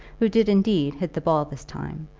who did indeed hit the ball this time,